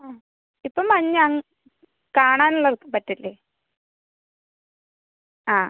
ആ ഇപ്പോൾ മഞ്ഞാണ് കാണാൻ ഉള്ള പറ്റില്ലേ ആ